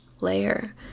layer